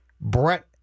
Brett